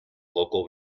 local